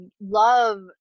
love